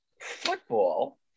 football